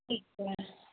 ਠੀਕ ਐ